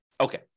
Okay